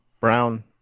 Brown